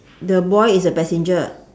the boy is a passenger